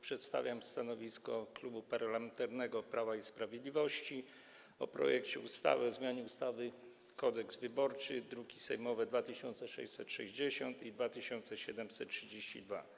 Przedstawiam stanowisko Klubu Parlamentarnego Prawo i Sprawiedliwość wobec projektu ustawy o zmianie ustawy Kodeks wyborczy, druki sejmowe nr 2660 i 2732.